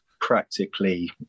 practically